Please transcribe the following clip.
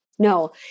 No